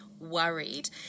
Worried